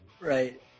right